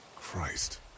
Christ